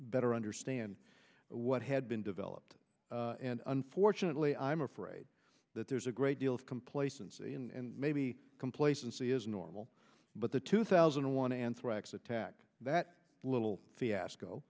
better understand what had been developed and unfortunately i'm afraid that there's a great deal of complacency and maybe complacency is normal but the two thousand and one anthrax attack that little fiasco